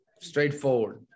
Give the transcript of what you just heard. straightforward